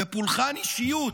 פולחן אישיות